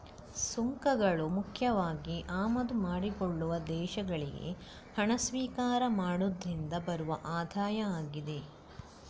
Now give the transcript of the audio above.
ಸುಂಕಗಳು ಮುಖ್ಯವಾಗಿ ಆಮದು ಮಾಡಿಕೊಳ್ಳುವ ದೇಶಗಳಿಗೆ ಹಣ ಸ್ವೀಕಾರ ಮಾಡುದ್ರಿಂದ ಬರುವ ಆದಾಯ ಆಗಿದೆ